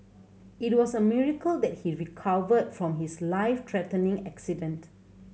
it was a miracle that he recovered from his life threatening accident